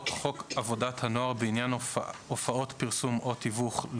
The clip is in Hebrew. מחקנו את מקום העסקה או התיווך.